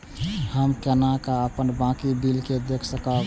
हम केना अपन बाकी बिल के देख सकब?